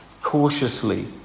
cautiously